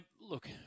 Look